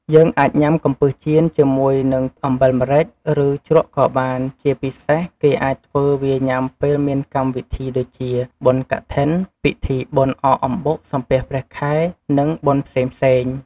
យើងអាចញុាំកំពឹសចៀនជាមួយនឹងអំបិលម្រេច ឬជ្រក់ក៏បាន ជាពិសេសគេអាចធ្វើវាញុាំពេលមានកម្មវិធីដូចជា បុណ្យកឋិន ពិធីបុណ្យអកអំបុកសំពះព្រះខែ និងបុណ្យផ្សេងៗ។